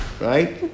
right